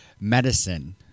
medicine